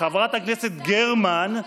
חברת הכנסת גרמן,